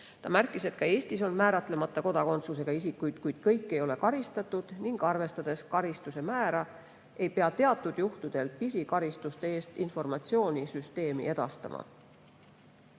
Ta märkis, et ka Eestis on määratlemata kodakondsusega isikuid, kuid kõik ei ole karistatud, ning arvestades karistuse määra, ei pea teatud juhtudel pisikaristuste kohta informatsiooni süsteemi edastama.